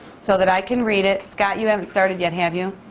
so that i can read it. stuart, you haven't started yet, have you?